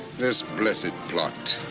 this blessed plot,